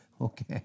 Okay